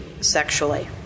sexually